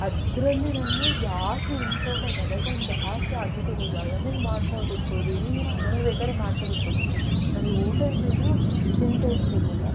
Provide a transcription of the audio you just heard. ಅದರಲ್ಲಿ ನಮಗೆ ಜಾಸ್ತಿ ಇಂಪಾರ್ಟೆನ್ಸ್ ಅದಕ್ಕೊಂದು ಜಾಸ್ತಿ ಆತಿಥ್ಯ ಕೊಡೋದು ಅದನ್ನೇ ಮಾಡ್ತಾ ಕೂತ್ಕೊಳ್ಳೋದು ಇಡೀ ದಿನ ಅದನ್ನೆ ಬೇಕಾದ್ರೆ ಮಾಡ್ತಾ ಕೂತ್ಕೊಳ್ತೀವಿ ನಮಗೆ ಊಟ ಇಲ್ಲದೇ ಇದ್ದರು ಚಿಂತೆ ಇರ್ತಿರಲಿಲ್ಲ